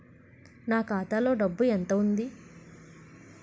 నా ఖాతాలో డబ్బు ఎంత ఉంది?